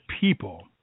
people